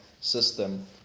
system